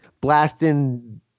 blasting